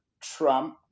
Trump